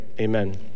Amen